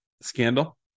Scandal